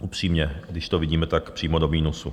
Upřímně, když to vidíme, tak přímo do minusu.